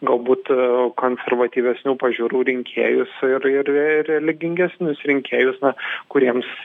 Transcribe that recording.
galbūt konservatyvesnių pažiūrų rinkėjus ir ir ir religingesnius rinkėjus na kuriems